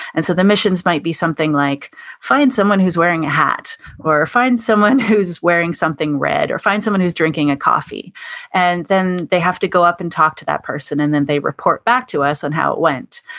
and so the missions might be something like find someone who's wearing a hat or or find someone who's wearing something red or find someone's who's drinking a coffee and then they have to go up and talk to that person and then they report back to us on how it went.